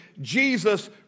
Jesus